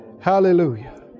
Hallelujah